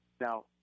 Now